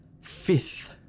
FIFTH